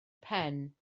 pen